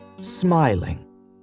smiling